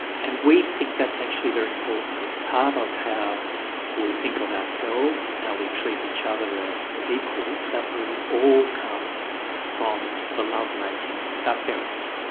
and we think that's actually very important. it's part of how we think of ourselves and how we treat each other as equals, that we all come from the love-making of our parents.